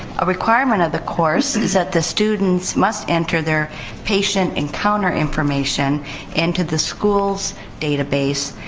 a requirement of the course is that the students must enter their patient encounter information into the school's database.